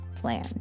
plan